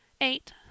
eight